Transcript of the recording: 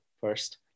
first